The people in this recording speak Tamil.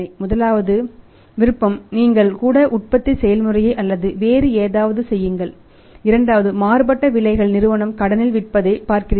முதலாவது விருப்பம் நீங்கள் கூட உற்பத்தி செயல்முறை அல்லது வேறு ஏதாவது செய்யுங்கள் இரண்டாவது மாறுபட்ட விலைகளில் நிறுவனம் கடனில் விற்பதை பார்க்கின்றீர்கள்